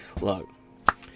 Look